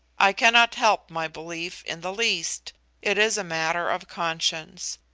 i cannot help my belief in the least it is a matter of conscience.